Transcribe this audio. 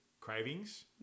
cravings